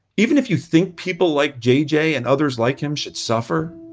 even if you think people like jj and others like him should suffer,